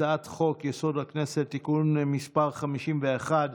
הצעת חוק-יסוד: הכנסת (תיקון מס' 51)